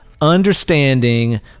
understanding